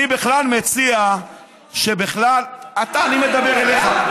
אני מציע שבכלל, אתה, אני מדבר אליך.